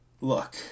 look